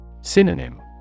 Synonym